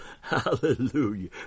Hallelujah